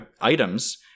items